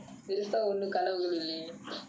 பெருசா ஒன்னு கனவுகள் இல்லையே:perusaa onnu kanavugal illayae